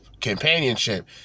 companionship